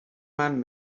man